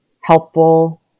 helpful